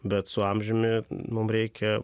bet su amžiumi mum reikia